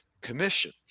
commission